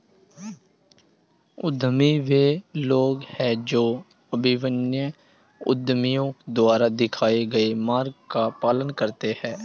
उद्यमी वे लोग हैं जो अभिनव उद्यमियों द्वारा दिखाए गए मार्ग का पालन करते हैं